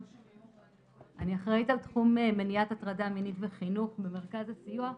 אני אחראית על תחום מניעת הטרדה מינית וחינוך במרכז הסיוע.